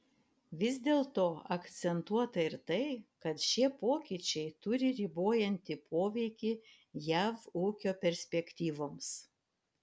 vis dėlto akcentuota ir tai kad šie pokyčiai turi ribojantį poveikį jav ūkio perspektyvoms